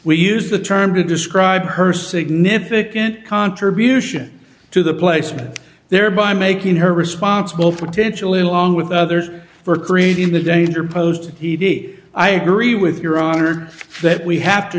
we use the term to describe her significant contribution to the placement thereby making her responsible for tensional it along with others for creating the danger posed he did i agree with your honor that we have to